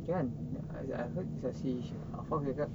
kan I I heard is uh she she dia cakap